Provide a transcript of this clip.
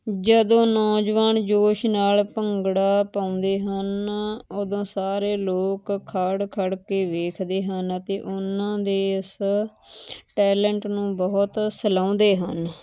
ਜਦੋਂ ਨੌਜਵਾਨ ਜੋਸ਼ ਨਾਲ ਭੰਗੜਾ ਪਾਉਂਦੇ ਹਨ ਉਦੋਂ ਸਾਰੇ ਲੋਕ ਖੜ ਖੜ ਕੇ ਵੇਖਦੇ ਹਨ ਅਤੇ ਉਹਨਾਂ ਦੇ ਇਸ ਟੈਲੈਂਟ ਨੂੰ ਬਹੁਤ ਸਲਾਉਂਦੇ ਹਨ